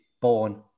born